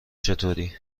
چطوری